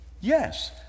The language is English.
Yes